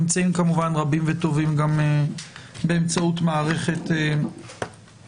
נמצאים כמובן רבים וטובים גם באמצעות מערכת הזום.